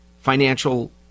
financial